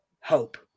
hope